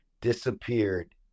disappeared